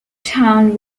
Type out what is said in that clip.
town